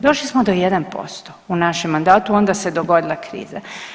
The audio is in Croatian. Došli smo do 1% u našem mandatu, a onda se dogodila kriza.